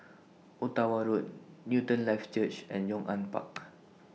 Ottawa Road Newton Life Church and Yong An Park